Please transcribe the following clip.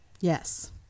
yes